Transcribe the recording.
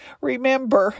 remember